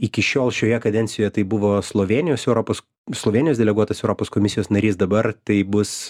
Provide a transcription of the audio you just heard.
iki šiol šioje kadencijoje tai buvo slovėnijos europos slovėnijos deleguotas europos komisijos narys dabar tai bus